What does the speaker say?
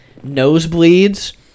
nosebleeds